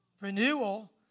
Renewal